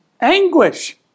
anguish